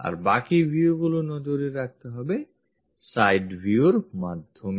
আর বাকি viewগুলি নজরে রাখতে হবে side view র মাধ্যমে